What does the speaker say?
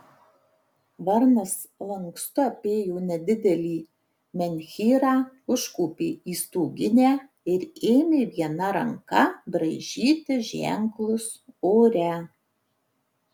varnas lankstu apėjo nedidelį menhyrą užkopė į stoginę ir ėmė viena ranka braižyti ženklus ore